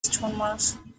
stonemason